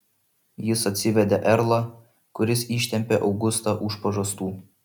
jis atsivedė erlą kuris ištempė augustą už pažastų